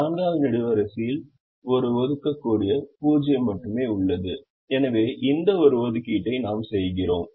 4 வது நெடுவரிசையில் ஒரு ஒதுக்கக்கூடிய 0 மட்டுமே உள்ளது எனவே இந்த ஒரு ஒதுக்கீட்டை நாம் செய்கிறோம்